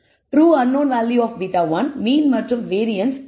true unknown value of β1 mean மற்றும் variance σ